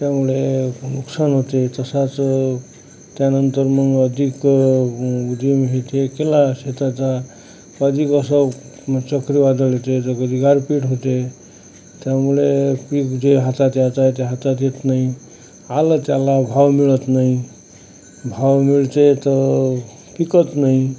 त्यामुळे नुकसान होते तसाच त्यानंतर मग अधिक शेतात जा अधिक मग चक्रीवादळ येते तर कधी गारपीट होते त्यामुळे पीक जे हातात द्यायचे हातात येत नाही आला तर त्याला भाव मिळत नाही भाव मिळते तर पिकत नाही